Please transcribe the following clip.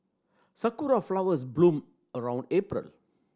sakura flowers bloom around April